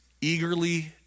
eagerly